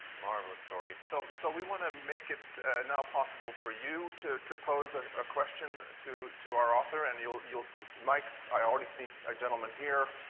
marvelous story. so so we want to make it now possible for you to to pose a ah question to to our author. and you'll you'll see mics. i already see a gentleman here.